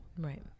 Right